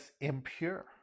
impure